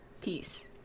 Peace